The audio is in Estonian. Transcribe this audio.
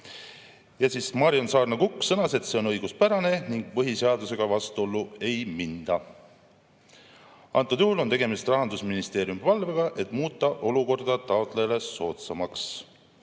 loeta. Marion Saarna‑Kukk sõnas, et see on õiguspärane ning põhiseadusega vastuollu ei minda. Antud juhul on tegemist Rahandusministeeriumi palvega, et muuta olukord taotlejale soodsamaks.